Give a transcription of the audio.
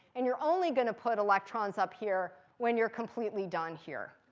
and you're only going to put electrons up here when you're completely done here.